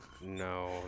No